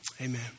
Amen